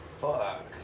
Fuck